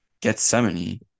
Gethsemane